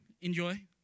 enjoy